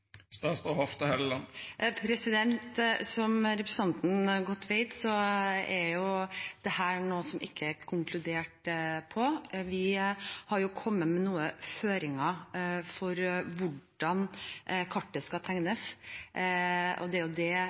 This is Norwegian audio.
Som representanten godt vet, er dette noe som det ikke er konkludert på. Vi har kommet med noen føringer for hvordan kartet skal tegnes. Det er det